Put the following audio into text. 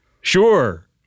Sure